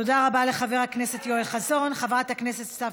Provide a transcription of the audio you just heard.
תודה רבה לחבר הכנסת יואל חסון.